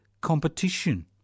competition